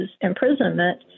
imprisonment